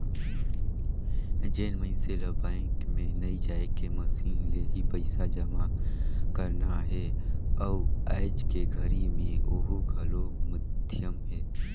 जेन मइनसे ल बैंक मे नइ जायके मसीन ले ही पइसा जमा करना हे अउ आयज के घरी मे ओहू घलो माधियम हे